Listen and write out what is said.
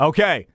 Okay